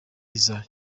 iza